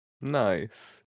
Nice